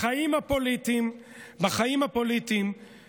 בחיים הפוליטיים מוטב